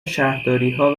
شهرداریها